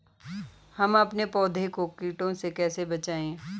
हम अपने पौधों को कीटों से कैसे बचाएं?